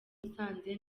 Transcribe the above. musanze